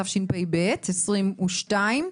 התשפ"ב-2022,